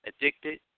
addicted